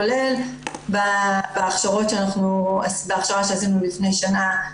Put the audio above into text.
כולל בהכשרה שעשינו לפני שנה,